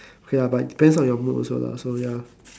okay lah but depends on your mood also lah so ya